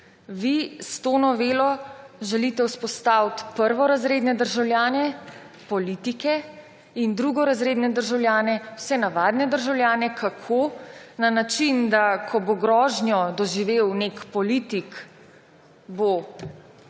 Vi s to novelo želite vzpostavi prvorazredne državljane − politike in drugorazredne državljane − vse navadne državljane. Kako? Na način, da ko bo grožnjo doživel nek politik, bo